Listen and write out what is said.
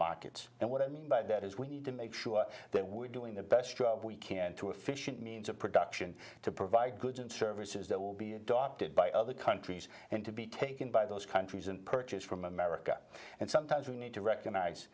markets and what i mean by that is we need to make sure that we're doing the best job we can to efficient means of production to provide goods and services that will be adopted by other countries and to be taken by those countries and purchase from america and sometimes we need to recogni